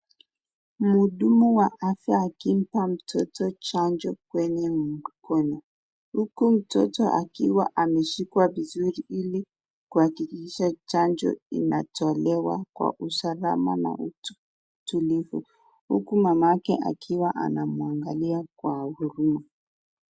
Muhudumu wa afya akimpa mtoto chanjo kwenye mkono, huku mtoto akiwa ameshikwa vizuri ili kuhakikisha chanjo inatolewa kwa usalama na utulivu, huku mamake akiwa anamuangalia kwa huruma.